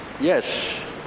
yes